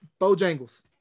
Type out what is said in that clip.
bojangles